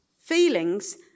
Feelings